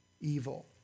evil